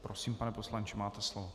Prosím, pane poslanče, máte slovo.